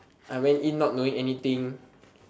I went in not knowing anything